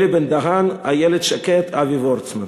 אלי בן-דהן, איילת שקד ואבי וורצמן.